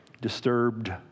disturbed